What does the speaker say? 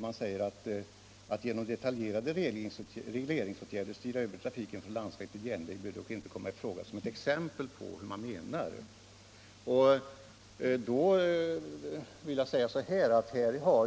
Man säger: ”Att genom detaljerade regleringsåtgärder styra över trafiken från landsväg till järnväg bör dock inte komma i fråga.”